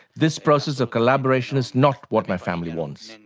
this process of collaboration is not what my family wants.